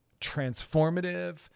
transformative